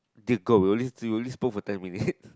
dear god we only we only spoke for ten minutes